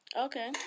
Okay